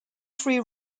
three